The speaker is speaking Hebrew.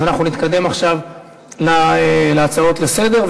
אנחנו נתקדם עכשיו להצעות לסדר-היום,